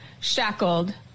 shackled